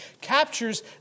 captures